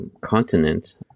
continent